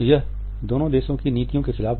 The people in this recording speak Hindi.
यह दोनों देशों की नीतियों के खिलाफ गया